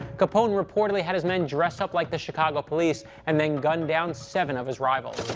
capone reportedly had his men dress up like the chicago police and then gun down seven of his rivals.